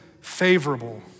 favorable